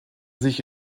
sich